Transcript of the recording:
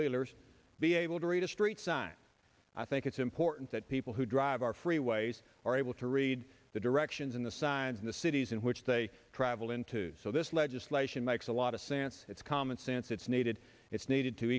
wheelers be able to read a street sign i think it's important that people who drive our freeways are able to read the directions on the side in the cities in which they travel into so this legislation makes a lot of sense it's common sense it's needed it's needed to